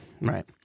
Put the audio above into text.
Right